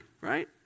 Right